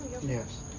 yes